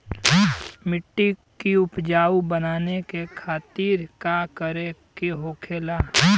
मिट्टी की उपजाऊ बनाने के खातिर का करके होखेला?